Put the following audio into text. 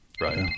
Right